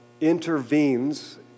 intervenes